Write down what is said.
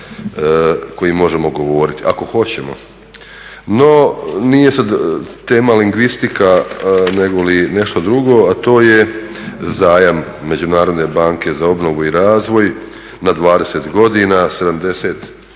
koji možemo govoriti ako hoćemo. No nije sad tema lingvistika nego li nešto drugo, a to je zajam Međunarodne banke za obnovu i razvoj na 20 godina, 70 milijuna